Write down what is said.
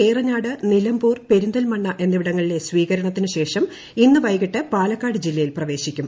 ഏറനാട് നിലമ്പൂർ പെർിന്തൽമണ്ണ എന്നിവിടങ്ങളിലെ സ്വീകരണത്തിനു ശേഷം ഇന്ന് വൈകിട്ട് പാലക്കാട് ജില്ലയിൽ പ്രവേശിക്കും